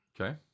Okay